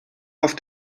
auf